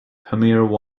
pamir